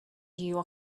you